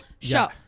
show